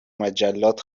مجلات